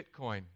Bitcoin